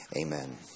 Amen